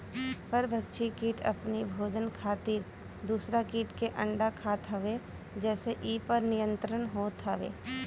परभक्षी किट अपनी भोजन खातिर दूसरा किट के अंडा खात हवे जेसे इ पर नियंत्रण होत हवे